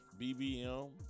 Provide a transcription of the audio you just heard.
BBM